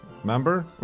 remember